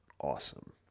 Awesome